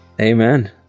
Amen